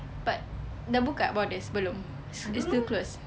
but dah buka borders belum it's still closed